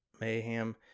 Mayhem